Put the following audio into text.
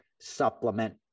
supplement